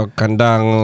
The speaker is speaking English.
kandang